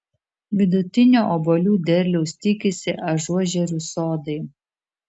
vidutinio obuolių derliaus tikisi ažuožerių sodai